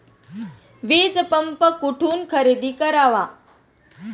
वीजपंप कुठून खरेदी करावा?